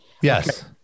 yes